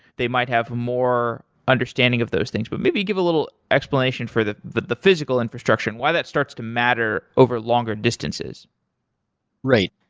they might have more understanding of those things. but maybe give a little explanation for the the physical infrastructure and why that starts to matter over longer distances right.